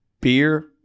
beer